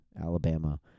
Alabama